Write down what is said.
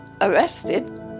arrested